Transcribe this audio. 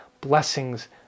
blessings